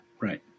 Right